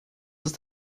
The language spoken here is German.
ist